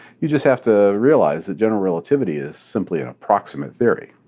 you just have to realize that general relativity is simply an approximate theory.